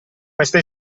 questa